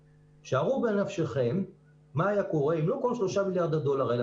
שערו בנפשכם מה היה קורה אם לא כל 3 מיליארד הדולרים האלה,